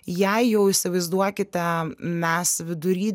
jei jau įsivaizduokite mes vidury